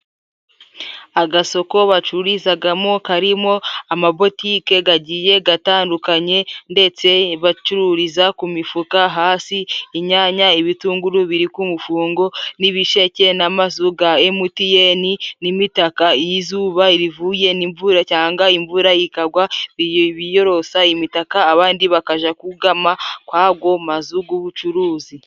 Agasoko bacururizagamo karimo ama botike gagiye gatandukanye, ndetse bacururiza ku mifuka hasi inyanya, ibitunguru biri ku mufungo n'ibisheke n'amazu ga emutiyeni n'imitaka. Iyo izuba rivuye, imvura cyangwa imvura ikagwa biyorosa imitaka abandi bakaja kugama kwago mazu g'ubucuruzi.